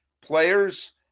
players